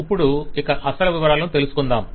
ఇప్పుడు ఇక అసలు వివరాలను తెలుసుకుందాం